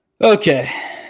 Okay